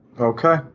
Okay